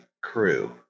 crew